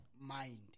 mind